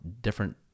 different